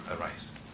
arise